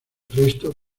resto